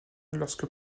lorsque